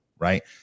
Right